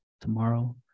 tomorrow